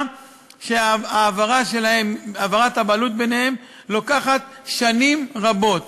שהעברת הבעלות שלהם לוקחת שנים רבות.